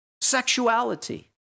Sexuality